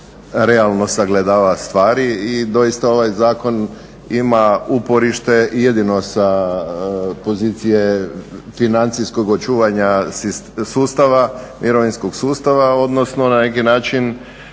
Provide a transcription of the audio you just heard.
realno sagledava stvari i doista ovaj zakon ima uporište jedino sa pozicije financijskog očuvanja sustava, mirovinskog sustava, odnosno na neki način